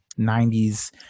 90s